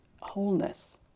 wholeness